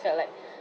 felt like